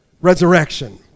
resurrection